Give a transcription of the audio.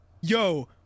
Yo